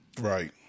right